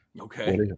Okay